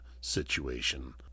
situation